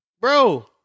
Bro